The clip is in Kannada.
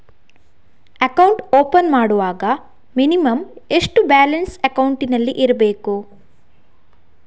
ಅಕೌಂಟ್ ಓಪನ್ ಮಾಡುವಾಗ ಮಿನಿಮಂ ಎಷ್ಟು ಬ್ಯಾಲೆನ್ಸ್ ಅಕೌಂಟಿನಲ್ಲಿ ಇರಬೇಕು?